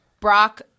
Brock